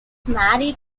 married